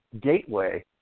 gateway